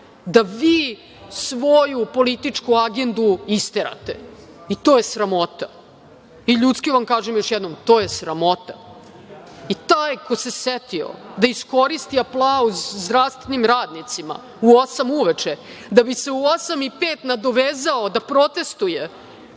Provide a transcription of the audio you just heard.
da vi svoju političku agendu isterate i to je sramota. Ljudski vam kažem još jednom, to je sramota. Taj ko se setio da iskoristi aplauz zdravstvenim radnicima u osam uveče, da bi se u osam i pet nadovezao da protestuje